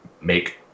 make